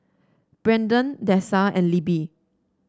Brendan Dessa and Libby